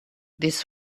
this